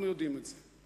אנחנו יודעים את זה.